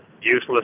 useless